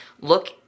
look